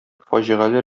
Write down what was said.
фаҗигале